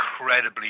incredibly